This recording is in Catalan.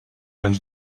vents